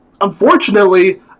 unfortunately